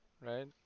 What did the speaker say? right